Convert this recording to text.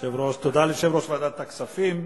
תודה ליושב-ראש ועדת הכספים.